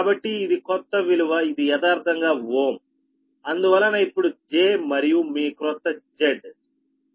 కాబట్టి ఇది కొత్త విలువ ఇది యదార్ధంగా ఓమ్అందువలన ఇప్పుడు j మరియు మీ క్రొత్త Z